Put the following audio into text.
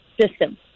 system